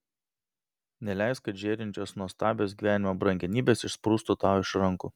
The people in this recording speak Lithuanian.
neleisk kad žėrinčios nuostabios gyvenimo brangenybės išsprūstų tau iš rankų